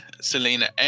Selena